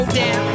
down